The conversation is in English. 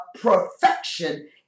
perfection